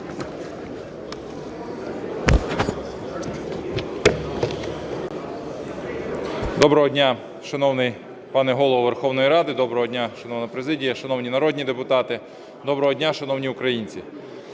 Доброго дня, шановний пане Голово Верховної Ради! Доброго дня, шановна президія, шановні народні депутати! Доброго дня, шановні українці!